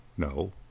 No